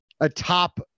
atop